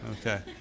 Okay